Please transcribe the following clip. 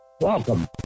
welcome